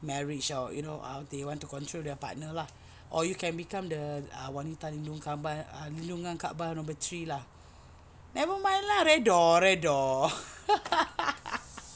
marriage or you know how they want to control their partner lah or you can become the wanita lindung kaabah lindungan kaabah number three lah never mind lah redha redha